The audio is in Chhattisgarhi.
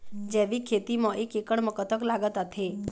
जैविक खेती म एक एकड़ म कतक लागत आथे?